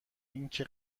اینکه